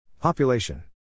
Population